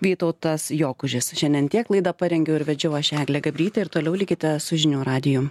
vytautas jokužis šiandien tiek laidą parengiau ir vedžiau aš eglė gabrytė ir toliau likite su žinių radiju